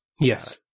Yes